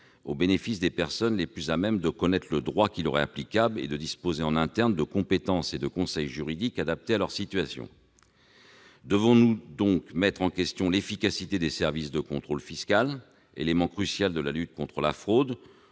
au bénéfice des personnes les plus à même de connaître le droit qui leur est applicable et de disposer, en interne, de compétences et de conseils juridiques adaptés à leur situation ». Devons-nous mettre en question l'efficacité des services chargés du contrôle fiscal, élément crucial de la lutte contre la fraude,